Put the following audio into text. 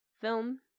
film